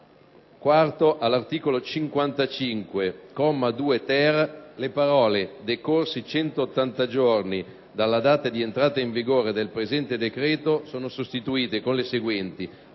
comma. All'articolo 55, comma 2-*ter*, le parole: "Decorsi 180 giorni dalla data di entrata in vigore del presente decreto" sono sostituite dalle seguenti: